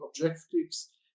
objectives